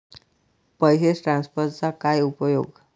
पैसे ट्रान्सफरचा काय उपयोग?